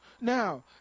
Now